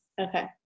Okay